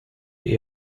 die